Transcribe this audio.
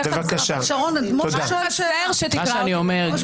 מה שאני אומר,